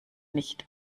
nicht